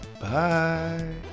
Bye